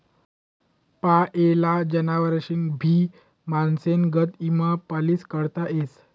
पायेल जनावरेस्नी भी माणसेस्ना गत ईमा पालिसी काढता येस